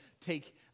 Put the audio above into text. take